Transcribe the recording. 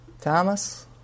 Thomas